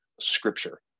scripture